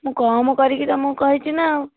ମୁଁ କମ୍ କରିକି ତମକୁ କହିଛି ନା ଆଉ